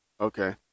Okay